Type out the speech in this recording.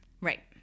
Right